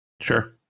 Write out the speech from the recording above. sure